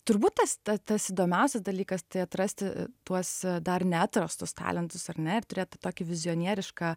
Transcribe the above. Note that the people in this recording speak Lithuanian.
turbūt tas ta tas įdomiausias dalykas tai atrasti tuos dar neatrastus talentus ar ne ir turėti tokį vizionierišką